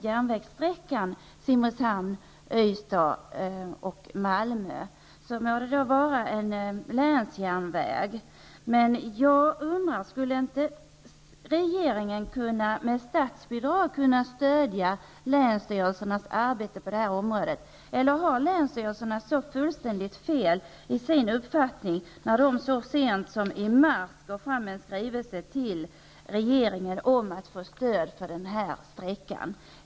Järnvägssträckan Simrishamn--Ystad--Malmö må vara en länsjärnväg, men jag undrar om regeringen med statsbidrag inte skulle kunna stödja länsstyrelsernas arbete på detta område, eller har länsstyrelserna så fullständigt fel i sin uppfattning när de så sent som i mars lade fram en skrivelse för regeringen om att få stöd för denna sträcka?